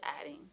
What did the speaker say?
adding